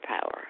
power